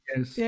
Yes